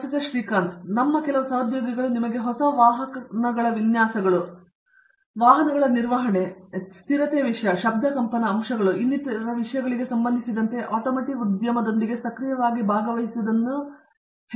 professor Srikanth Vedantam ಆದ್ದರಿಂದ ನಮ್ಮ ಕೆಲವು ಸಹೋದ್ಯೋಗಿಗಳು ನಿಮಗೆ ಹೊಸ ವಾಹನಗಳ ವಿನ್ಯಾಸಗಳು ವಾಹನಗಳ ನಿರ್ವಹಣೆ ಸ್ಥಿರತೆಯ ವಿಷಯ ಶಬ್ದ ಕಂಪನ ಅಂಶಗಳು ಮತ್ತು ಇನ್ನಿತರ ವಿಷಯಗಳಿಗೆ ಸಂಬಂಧಿಸಿದಂತೆ ಆಟೋಮೋಟಿವ್ ಉದ್ಯಮದೊಂದಿಗೆ ಸಕ್ರಿಯವಾಗಿ ಭಾಗವಹಿಸುವಂತೆ ನಿಮಗೆ ತಿಳಿದಿದೆ